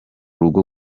rugo